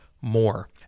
more